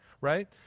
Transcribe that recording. right